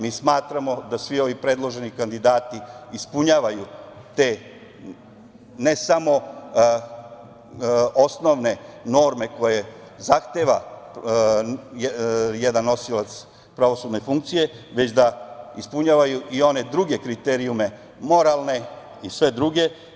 Mi smatramo da svi ovi predloženi kandidati ispunjavaju te, ne samo osnovne norme koje zahteva jedan nosilac pravosudne funkcije, već da ispunjavaju i one druge kriterijume moralne i sve druge.